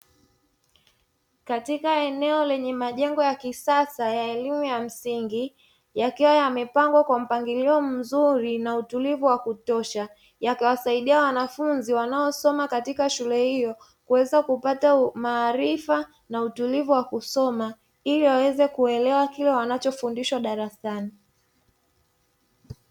Katika eneo lenye majengo ya kisasa ya elimu ya msingi yakiwa yamepangwa kwa mpangilio mzuri na utulivu wa kutosha, yakiwasaidia wanafunzi wanaosoma katika shule hiyo kuweza kupata maarifa na utulivu wa kusoma ili waweze kuelewa kile wanachofundishwa darasani.